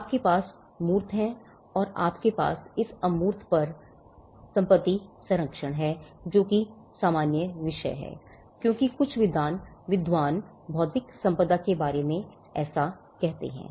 आपके पास इन्टैंगिबल्स हैं और आपके पास इस अमूर्त पर संपत्ति संरक्षण है जो कि सामान्य विषय है क्योंकि कुछ विद्वान बौद्धिक संपदा के बारे में ऐसा कहते हैं